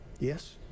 Yes